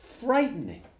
Frightening